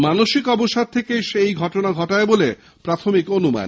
মানসিক অবসাদ থেকেই সে এই ঘটনা ঘটায় বলে প্রাথমিক অনুমান